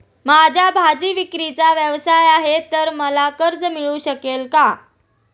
माझा भाजीविक्रीचा व्यवसाय आहे तर मला कर्ज मिळू शकेल का?